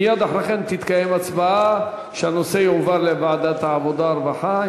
מייד אחר כך תתקיים הצבעה על העברת הנושא לוועדת העבודה והרווחה,